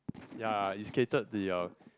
ya is catered to your